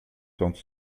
tend